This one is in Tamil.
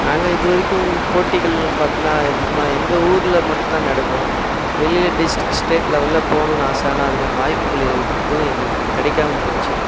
நாங்கள் இதுவரைக்கும் போட்டிகள் பார் த்தோம்னா அதிகமாக எங்கள் ஊர்ல மட்டும் தான் நடக்கும் வெளியில டிஸ்ட்டிக் ஸ்டேட் லெவல்ல போகணும்னு ஆசை ஆனால் அதுக்கான வாய்ப்புகள் எ எதுவும் எங்களுக்கு கிடைக்காம போச்சு